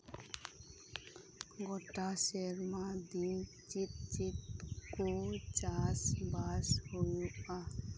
ᱜᱚᱴᱟ ᱥᱮᱨᱢᱟ ᱫᱤᱱ ᱪᱮᱫ ᱪᱮᱫ ᱠᱚ ᱪᱟᱥ ᱵᱟᱥ ᱦᱩᱭᱩᱜᱼᱟ